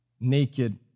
Naked